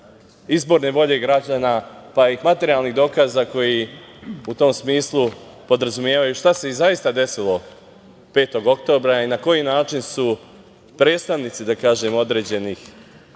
izborne volje građana, pa i materijalnih dokaza koji u tom smislu podrazumevaju i šta se zaista desilo 5. oktobra i na koji način su predstavnici, da